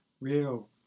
real